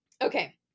Okay